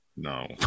No